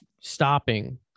stopping